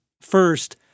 First